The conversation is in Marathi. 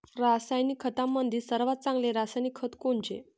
रासायनिक खतामंदी सर्वात चांगले रासायनिक खत कोनचे?